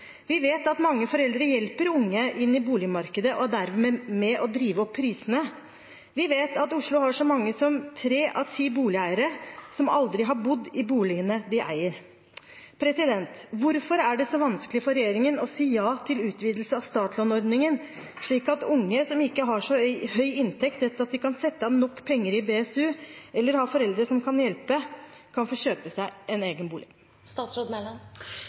Vi vet at mange foreldre hjelper unge inn i boligmarkedet og dermed er med og driver opp prisene. Vi vet at Oslo har så mange som tre av ti boligeiere som aldri har bodd i boligene de eier. Hvorfor er det så vanskelig for regjeringen å si ja til utvidelse av startlånsordningen, slik at unge som ikke har så høy inntekt at de kan sette av nok penger i BSU, eller har foreldre som kan hjelpe, kan få kjøpe seg en egen